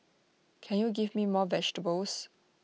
can you give me more vegetables